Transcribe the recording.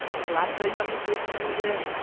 so that's a yummy place to use it.